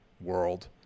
world